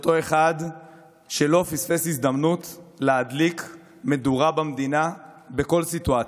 וזה אותו אחד שלא פספס הזדמנות להדליק מדורה במדינה בכל סיטואציה.